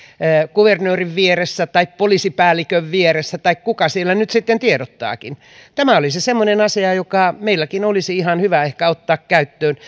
kuvernöörin vieressä tai poliisipäällikön vieressä tai kuka siellä nyt sitten tiedottaakin tämä olisi semmoinen asia joka ehkä meilläkin olisi ihan hyvä ottaa käyttöön